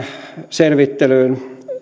selvittelyyn